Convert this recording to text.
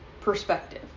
perspective